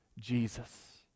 Jesus